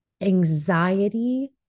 Anxiety